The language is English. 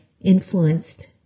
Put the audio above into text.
influenced